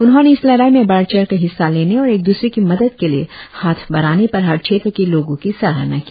उन्होंने इस लड़ाई में बढ़ चढ़कर हिस्सा लेने और एक दूसरे की मदद के लिए हाथ बढ़ाने पर हर क्षेत्र के लोगों की सराहना की